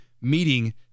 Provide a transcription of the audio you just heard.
meeting